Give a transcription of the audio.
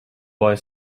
boy